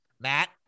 Matt